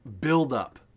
buildup